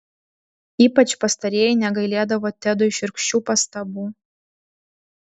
ypač pastarieji negailėdavo tedui šiurkščių pastabų